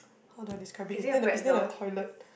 how do I describe it is near is near the toilet